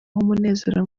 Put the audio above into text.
umunezero